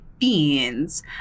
beans